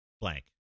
blank